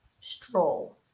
Stroll